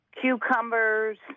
cucumbers